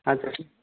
আচ্ছা ঠিক